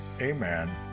Amen